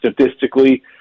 statistically